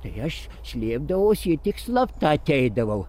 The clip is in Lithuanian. tai aš slėpdavausi ir tik slapta ateidavau